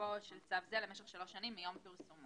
תוקפו של צו זה למשך שלוש שנים מיום פרסומו.